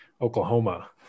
Oklahoma